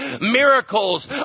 miracles